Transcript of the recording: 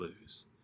lose